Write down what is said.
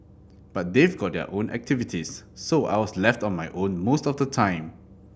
but they've got their own activities so I was left on my own most of the time